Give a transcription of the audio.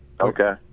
Okay